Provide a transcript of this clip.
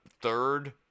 third